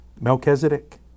Melchizedek